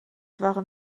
waren